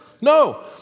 No